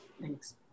Thanks